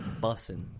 Bussin